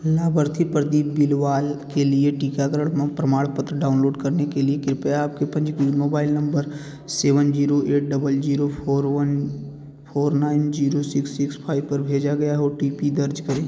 लाभार्थी प्रदीप बिलवाल के लिए टीकाकरण प्रमाणपत्र डाउनलोड करने के लिए कृपया आपके पंजीकृत mobile number seven zero eight double zero four one four nine zero six six five पर भेजा गया ओ टी पी दर्ज करें